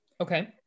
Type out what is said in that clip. Okay